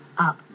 up